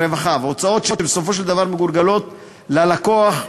הוצאות שבסופו של דבר מגולגלות ללקוח הסופי.